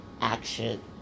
action